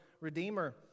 redeemer